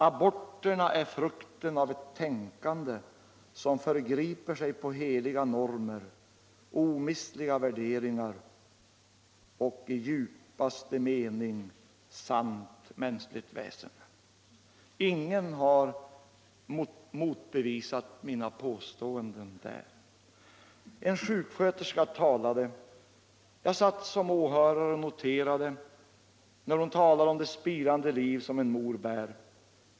Aborterna är frukten av ett tänkande som förgriper sig på heliga normer, omistliga värderingar och i djupaste mening sant mänskligt väsen.” Ingen har motbevisat mina påståenden. En sjuksköterska talade. Jag satt som åhörare och noterade när hon talade om det spirande liv som en mor bär.